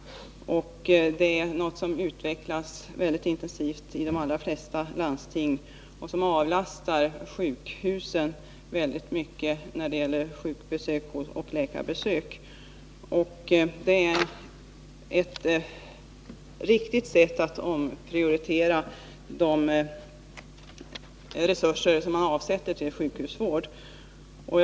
Det här är något som utvecklas mycket intensivt i de allra flesta landsting, och på det sättet avlastas sjukhusen en stor mängd läkarbesök. Det är ett riktigt sätt att omprioritera de resurser som vi avsätter till sjukvården.